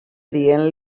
dient